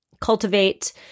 cultivate